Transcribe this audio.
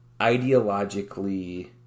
ideologically